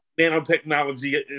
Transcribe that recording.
nanotechnology